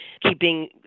keeping